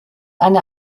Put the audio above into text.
eine